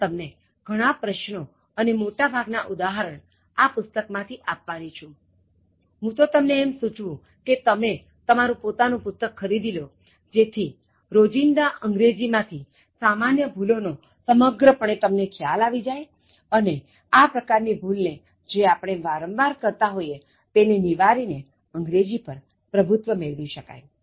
હું તમને ઘણા પ્રશ્નો અને મોટાભાગના ઉદાહરણ આ પુસ્તક માં થી આપવાની છું હું તમને એમ સૂચવુ કે તમે તમારું પોતાનું પુસ્તક ખરીદી લો જેથી રોજિંદા અંગ્રેજી માંથી સામાન્ય ભૂલો નો સમગ્ર પણે ખ્યાલ આવી જાય અને આ પ્રકાર ની ભૂલને જે આપણે વારંવાર કરતા હોય તેને નિવારીને અંગ્રેજી પર પ્રભુત્વ મેળવી શકાય